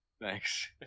Thanks